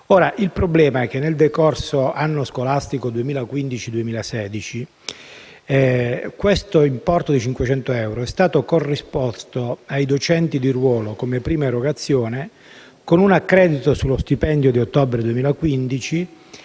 anno scolastico»; nel decorso anno scolastico 2015/2016 detto importo di 500 euro della carta è stato corrisposto ai docenti di ruolo, come prima erogazione, con accredito sullo stipendio di ottobre 2015,